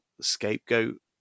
scapegoat